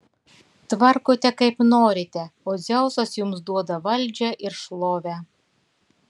tvarkote kaip norite o dzeusas jums duoda valdžią ir šlovę